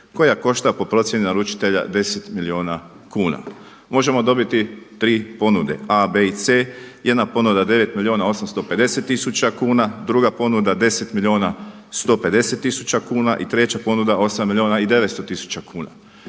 koja košta po procjeni naručitelja 10 milijuna kuna. Možemo dobiti 3 ponude a, b i c. Jedna ponuda 9 milijuna i 850 tisuća kuna, druga ponuda 10 milijuna i 150 tisuća kuna. I treća ponuda 8 milijuna i 900 tisuća kuna.